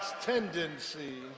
tendency